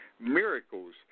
miracles